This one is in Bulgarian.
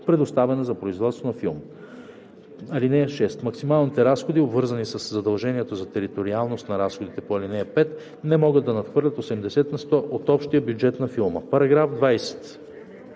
предоставена за производство на филм. (6) Максималните разходи, обвързани със задължението за териториалност на разходите по ал. 5, не могат да надхвърлят 80 на сто от общия бюджет на филма.“ По § 20